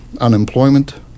unemployment